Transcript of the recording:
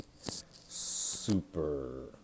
super